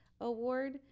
award